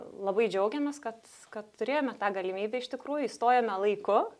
labai džiaugiamės kad kad turėjome tą galimybę iš tikrųjų įstojome laiku